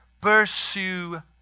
Pursue